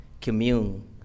commune